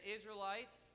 Israelites